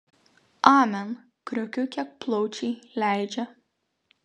amen kriokiu kiek plaučiai leidžia